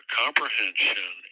comprehension